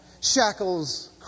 shackles